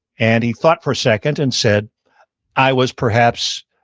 and he thought for a second and said i was, perhaps,